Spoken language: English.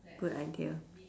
good idea